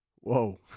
Whoa